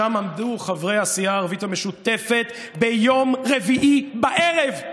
שם עמדו חברי הסיעה הערבית המשותפת ביום רביעי בערב.